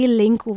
link